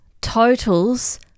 totals